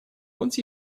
once